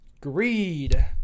Greed